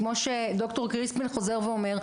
כמו שד"ר קריספין חוזר ואומר.